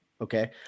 okay